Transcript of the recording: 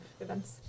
events